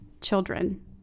children